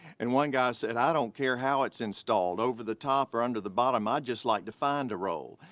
and one guy said i don't care how it's installed, over the top or under the bottom, i'd just like to find a roll.